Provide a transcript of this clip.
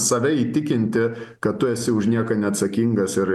save įtikinti kad tu esi už nieką neatsakingas ir